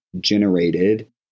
generated